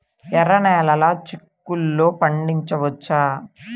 ఎర్ర నెలలో చిక్కుల్లో పండించవచ్చా?